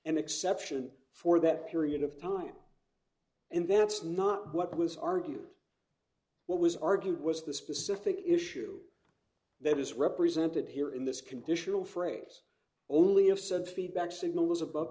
an exception for that period of time and that's not what was argued what was argued was the specific issue that is represented here in this conditional phrase only if said feedback signals above